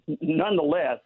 nonetheless